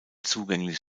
zugänglich